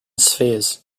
spheres